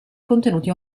contenuti